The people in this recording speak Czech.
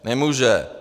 Nemůže.